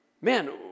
Man